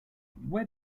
where